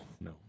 no